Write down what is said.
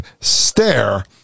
stare